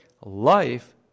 Life